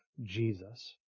Jesus